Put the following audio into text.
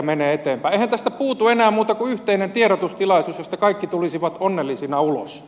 eihän tästä puutu enää muuta kuin yhteinen tiedotustilaisuus josta kaikki tulisivat onnellisina ulos